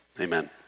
Amen